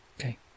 Okay